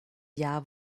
jahr